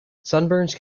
sunburns